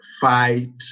fight